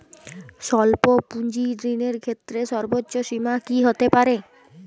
স্বল্প পুঁজির ঋণের ক্ষেত্রে সর্ব্বোচ্চ সীমা কী হতে পারে?